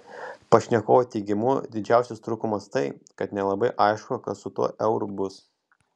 pašnekovo teigimu didžiausias trūkumas tai kad nelabai aišku kas su tuo euru bus